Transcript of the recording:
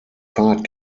fahrt